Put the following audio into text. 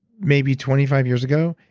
maybe twenty five years ago?